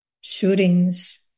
shootings